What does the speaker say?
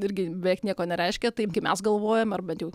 irgi beveik nieko nereiškia taip kaip mes galvojam ar bent jau